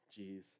Jeez